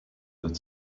that